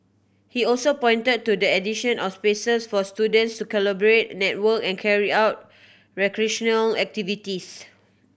he also pointed to the addition of spaces for students to collaborate network and carry out recreational activities